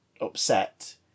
upset